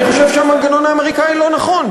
אני חושב שהמנגנון האמריקני לא נכון.